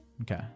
Okay